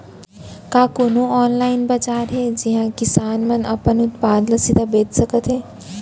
का कोनो अनलाइन बाजार हे जिहा किसान मन अपन उत्पाद ला सीधा बेच सकत हे?